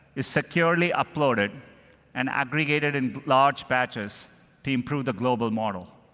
is securely uploaded and aggregated in large batches to improve the global model.